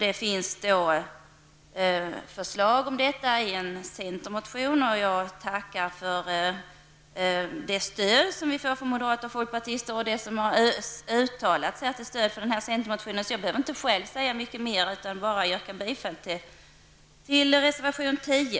Det finns förslag härom i en centermotion. Jag tackar för det stöd som vi får från moderater och folkpartister. Jag tackar alltså dem som uttalat sitt stöd för vår motion. Själv behöver jag inte säga särskilt mycket mera. Jag nöjer mig därför med att yrka bifall till reservation 10.